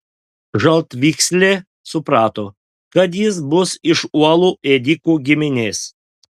žaltvykslė suprato kad jis bus iš uolų ėdikų giminės